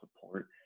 support